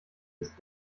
ist